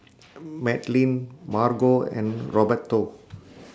Madlyn Margo and Roberto